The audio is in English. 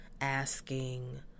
asking